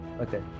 okay